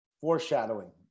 foreshadowing